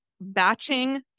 Batching